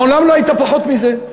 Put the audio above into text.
מעולם לא הייתה פחות מזה,